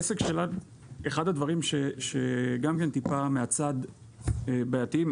אחד הדברים שגם כן טיפה מהצד בעייתיים,